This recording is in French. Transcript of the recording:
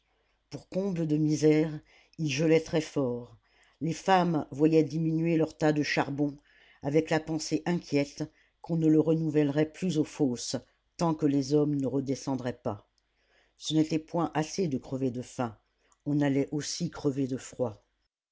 pour comble de misère il gelait très fort les femmes voyaient diminuer leur tas de charbon avec la pensée inquiète qu'on ne le renouvellerait plus aux fosses tant que les hommes ne redescendraient pas ce n'était point assez de crever de faim on allait aussi crever de froid